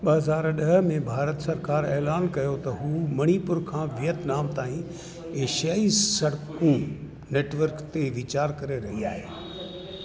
ॿ हज़ार ॾह में भारत सरकार ऐलान कयो त हू मणिपुर खां वियतनाम ताईं एशियाई सड़क नेटवर्क ते वीचारु करे रही आहे